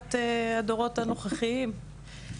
לטובת הדורות הנוכחיים.